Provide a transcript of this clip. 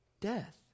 death